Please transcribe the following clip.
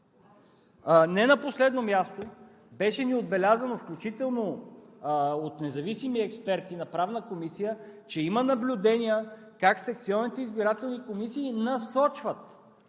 Не на последно място, беше ни отбелязано, включително от независими експерти в Правната комисия, че има наблюдения как секционните избирателни комисии насочват